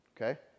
Okay